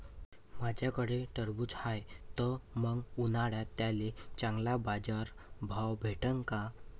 माह्याकडं टरबूज हाये त मंग उन्हाळ्यात त्याले चांगला बाजार भाव भेटन का?